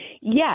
Yes